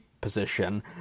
position